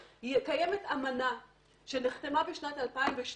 קיימת אמנה שנחתמה בשנת 2012